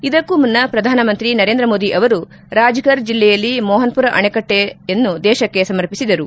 ಇದಕ್ಕೂ ಮುನ್ನ ಪ್ರಧಾನ ಮಂತ್ರಿ ನರೇಂದ್ರ ಮೋದಿ ಅವರು ರಾಜ್ಗರ್ ಜಿಲ್ಲೆಯಲ್ಲಿ ಮೋಹನ್ಮರ ಅಣೆಕಟ್ಲೆಯನ್ನು ದೇಶಕ್ಕೆ ಸಮರ್ಪಿಸಿದರು